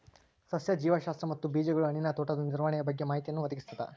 ಸಸ್ಯ ಜೀವಶಾಸ್ತ್ರ ಮತ್ತು ಬೀಜಗಳು ಹಣ್ಣಿನ ತೋಟದ ನಿರ್ವಹಣೆಯ ಬಗ್ಗೆ ಮಾಹಿತಿಯನ್ನು ಒದಗಿಸ್ತದ